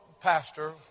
pastor